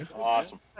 Awesome